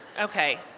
Okay